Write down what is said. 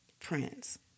Prince